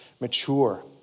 mature